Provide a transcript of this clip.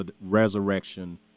resurrection